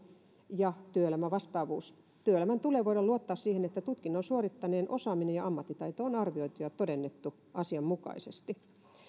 ja työelämävastaavuus työelämän tulee voida luottaa siihen että tutkinnon suorittaneen osaaminen ja ammattitaito on arvioitu ja todennettu asianmukaisesti